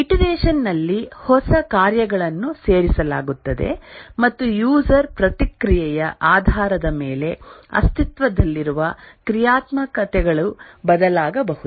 iteration ನಲ್ಲಿ ಹೊಸ ಕಾರ್ಯಗಳನ್ನು ಸೇರಿಸಲಾಗುತ್ತದೆ ಮತ್ತು ಯೂಸೆರ್ ಪ್ರತಿಕ್ರಿಯೆಯ ಆಧಾರದ ಮೇಲೆ ಅಸ್ತಿತ್ವದಲ್ಲಿರುವ ಕ್ರಿಯಾತ್ಮಕತೆಗಳು ಬದಲಾಗಬಹುದು